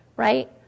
Right